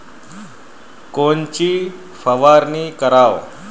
कोनची फवारणी कराव?